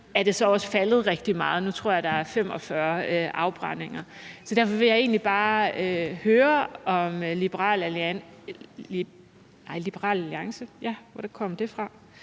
er antallet så også faldet rigtig meget – nu tror jeg der er 45 afbrændinger. Så derfor vil jeg egentlig bare høre, om ordføreren